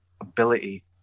ability